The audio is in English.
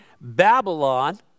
Babylon